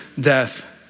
death